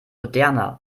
moderner